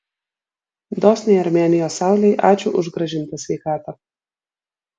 dosniai armėnijos saulei ačiū už grąžintą sveikatą